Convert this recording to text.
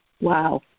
Wow